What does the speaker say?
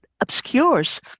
obscures